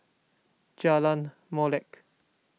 Jalan Molek